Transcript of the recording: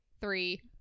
three